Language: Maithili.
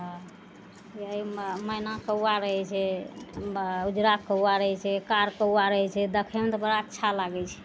अहिमे मैना कौआ रहय छै उजरा कौआ रहय छै कार कौआ रहय छै देखयमे तऽ बड़ा अच्छा लागय छै